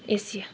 Asia